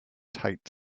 tight